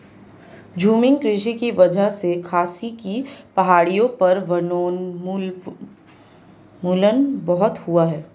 झूमिंग कृषि की वजह से खासी की पहाड़ियों पर वनोन्मूलन बहुत हुआ है